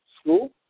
school